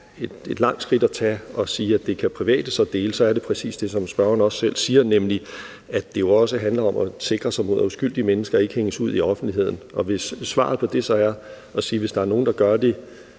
et stort skridt at tage at sige, at private kan dele det, er det præcis på grund af det, som spørgeren også selv nævner, nemlig at det jo handler om at sikre sig mod, at uskyldige mennesker hænges ud i offentligheden. Hvis svaret på det er at sige, at hvis der er nogen, der gør det